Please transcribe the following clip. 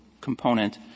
component